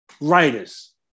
writers